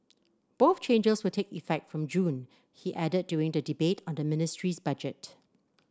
both changes will take effect from June he added during the debate on the ministry's budget